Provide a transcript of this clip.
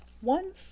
One